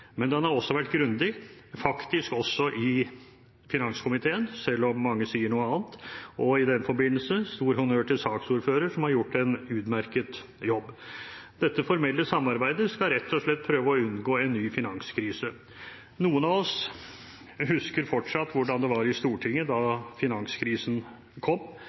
men den har også vært grundig, faktisk også i finanskomiteen, selv om mange sier noe annet, og i den forbindelse: stor honnør til saksordføreren, som har gjort en utmerket jobb. Dette formelle samarbeidet skal rett og slett prøve å unngå en ny finanskrise. Noen av oss husker fortsatt hvordan det var i Stortinget da finanskrisen kom,